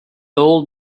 old